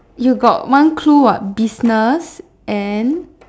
you got one clue [what] business and